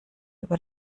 über